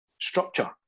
structure